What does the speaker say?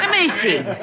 Amazing